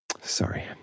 Sorry